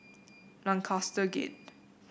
Lancaster Gate